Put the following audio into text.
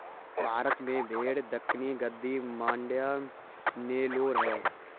भारत में भेड़ दक्कनी, गद्दी, मांड्या, नेलोर है